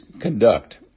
conduct